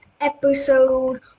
episode